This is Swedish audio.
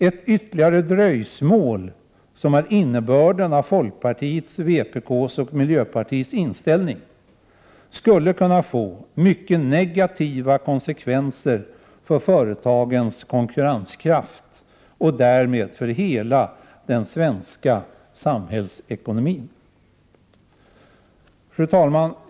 Ett ytterligare dröjsmål, som är innebörden av folkpartiets, vpk:s och miljöpartiets inställning, skulle kunna få mycket negativa konsekvenser för företagens konkurrenskraft och därmed för hela den svenska samhällsekonomin. Fru talman!